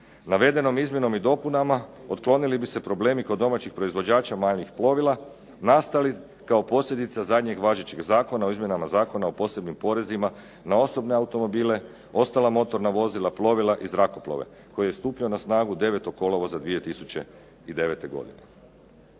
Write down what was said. Navedenom izmjenom i dopunama otklonili bi se problemi kod domaćih proizvođača manjih plovila nastali kao posljedica zadnjeg važećeg Zakona o izmjenama Zakona o posebnim porezima na osobne automobile, ostala motorna vozila, plovila i zrakoplove koji je stupio na snagu 9. kolovoza 2009. godine.